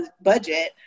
budget